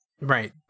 Right